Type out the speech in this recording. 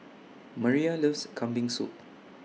Maria loves Kambing Soup